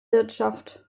wirtschaft